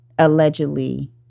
allegedly